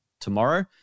tomorrow